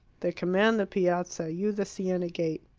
they command the piazza, you the siena gate.